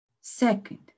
Second